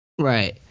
Right